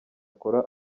akora